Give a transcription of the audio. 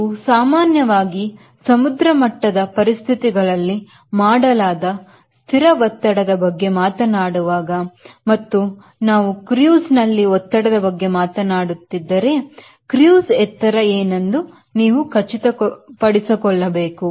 ನೀವು ಸಾಮಾನ್ಯವಾಗಿ ಸಮುದ್ರಮಟ್ಟದ ಪರಿಸ್ಥಿತಿಗಳಲ್ಲಿ ಮಾಡಲಾದ ಸ್ಥಿರ ಒತ್ತಡದ ಬಗ್ಗೆ ಮಾತನಾಡುವಾಗ ಮತ್ತು ನಾವು Cruise ನಲ್ಲಿ ಒತ್ತಡದ ಬಗ್ಗೆ ಮಾತನಾಡು ಮಾತನಾಡುತ್ತಿದ್ದರೆ cruise ಎತ್ತರ ಏನೆಂದು ನೀವು ಖಚಿತಪಡಿಸಿಕೊಳ್ಳಬೇಕು